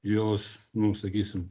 jos nu sakysim